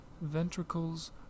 ventricles